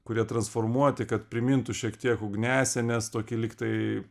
kurie transformuoti kad primintų šiek tiek ugniasienes tokį lygtai